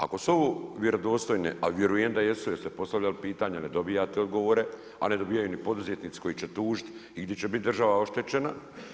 Ako su ovo vjerodostojne, a vjerujem da jesu jer ste postavljali pitanja, ne dobivate odgovore a ne dobivaju ni poduzetnici koji će tužiti i gdje će biti država oštećena.